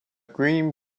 green